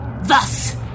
Thus